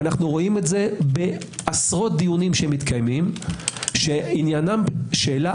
אנו רואים את זה בעשרות דיונים שמתקיימים שעניינם שאלה